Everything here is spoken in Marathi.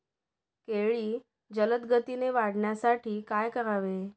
केळी जलदगतीने वाढण्यासाठी काय करावे?